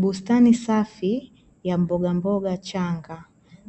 Bustani safi ya mbogamboga changa